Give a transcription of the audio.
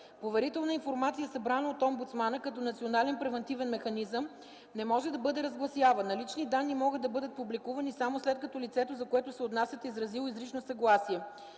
Поверителна информация, събрана от омбудсмана като Национален превантивен механизъм, не може да бъде разгласявана. Лични данни могат да бъдат публикувани само след като лицето, за което се отнасят, е изразило изрично съгласие.